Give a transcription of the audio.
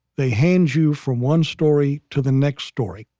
they hand you from one story to the next story.